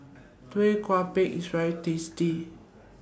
Tau Kwa Pau IS very tasty